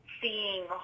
seeing